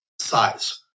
size